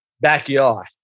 backyard